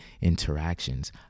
interactions